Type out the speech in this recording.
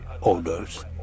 orders